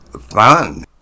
fun